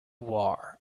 war